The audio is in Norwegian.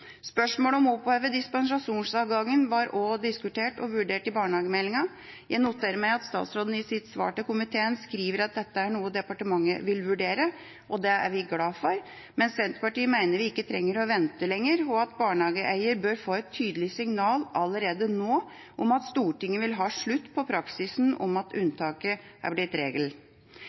Spørsmålet om å oppheve dispensasjonsadgangen ble også diskutert og vurdert i barnehagemeldingen. Jeg noterer meg at statsråden i sitt svar til komiteen skriver at dette er noe departementet vil vurdere. Det er vi glad for, men Senterpartiet mener vi ikke trenger å vente lenger, og at barnehageeiere bør få et tydelig signal allerede nå om at Stortinget vil ha slutt på praksisen om at